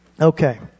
Okay